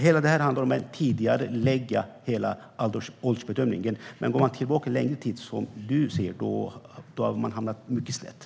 Allt detta handlar om att tidigarelägga åldersbedömningen, så går man tillbaka längre tid - som du vill, Paula Bieler - hamnar man mycket snett.